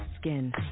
skin